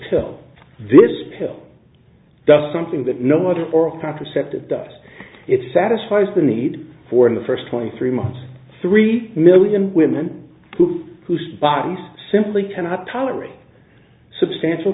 pill this pill does something that no one or a contraceptive does it satisfies the need for in the first twenty three months three million women who whose bodies simply cannot tolerate substantial